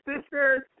sisters